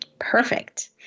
Perfect